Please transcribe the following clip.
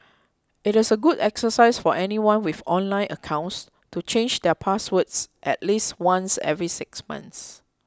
it is a good exercise for anyone with online accounts to change their passwords at least once every six months